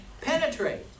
penetrate